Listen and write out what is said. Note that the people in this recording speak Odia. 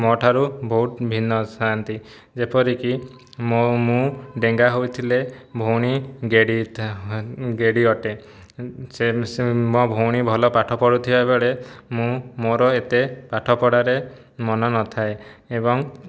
ମୋ ଠାରୁ ବହୁତ ଭିନ୍ନ ଥାଆନ୍ତି ଯେପରି କି ମୁଁ ଡେଙ୍ଗା ହୋଇଥିଲେ ଭଉଣୀ ଗେଡ଼ି ଗେଡ଼ି ଅଟେ ସେ ସେ ମୋ ଭଉଣୀ ଭଲ ପାଠ ପଢ଼ୁଥିବା ବେଳେ ମୁଁ ମୋର ଏତେ ପାଠପଢ଼ାରେ ମନ ନଥାଏ ଏବଂ